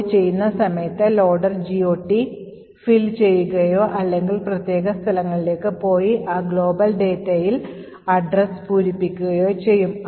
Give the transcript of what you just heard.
ലോഡുചെയ്യുന്ന സമയത്ത് loader GOT പൂരിപ്പിക്കുകയോ അല്ലെങ്കിൽ പ്രത്യേക സ്ഥലങ്ങളിലേക്ക് പോയി ആ global ഡാറ്റയിൽ addresses പൂരിപ്പിക്കുകയോ ചെയ്യും